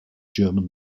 german